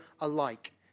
alike